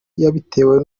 yabitewe